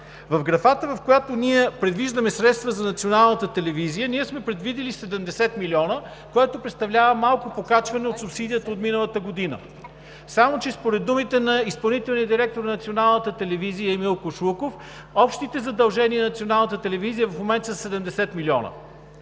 В графата, в която предвиждаме средства за Националната телевизия, сме предвидили 70 млн. лв., което представлява малко покачване от субсидията от миналата година. Само че според думите на изпълнителния директор на Националната телевизия Емил Кошлуков общите задължения на Националната телевизия в момента са 70 млн.